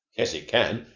yes, it can.